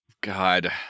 God